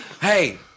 Hey